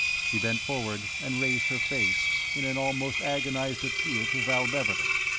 she bent forward and raised her face, in an almost agonized appeal to val beverley.